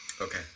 Okay